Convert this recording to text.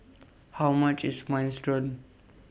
How much IS Minestrone